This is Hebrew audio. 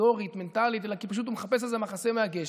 היסטורית או מנטלית אלא כי פשוט הוא מחפש איזה מחסה מהגשם,